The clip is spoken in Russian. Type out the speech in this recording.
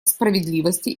справедливости